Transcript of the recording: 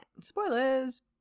Spoilers